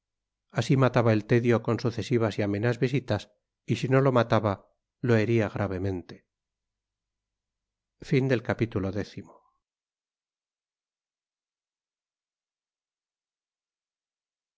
así mataba el tedio con sucesivas y amenas visitas y si no lo mataba lo hería gravemente